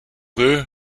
d’eux